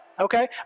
okay